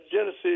Genesis